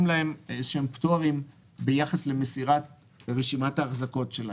להם פטורים ביחס למסירת רשימת ההחזקות שלהם.